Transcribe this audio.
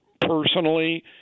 personally